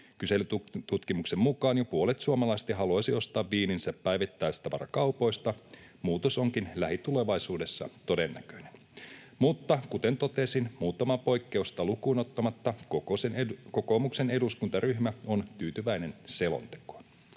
Kyselytutkimuksen mukaan jo puolet suomalaisista haluaisi ostaa viininsä päivittäistavarakaupoista. Muutos onkin lähitulevaisuudessa todennäköinen. Kuten totesin, muutamaa poikkeusta lukuun ottamatta kokoomuksen eduskuntaryhmä on tyytyväinen selontekoon.